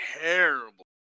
terrible